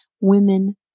women